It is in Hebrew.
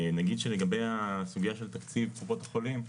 נגיד שלגבי הסוגייה של תקציב קופות החולים,